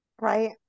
right